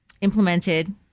implemented